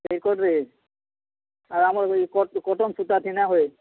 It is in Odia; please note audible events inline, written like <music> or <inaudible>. <unintelligible> ଆର୍ ଆମର୍ କଟନ୍ ସୂତାଥି ନାଇଁହୁଏ